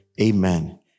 Amen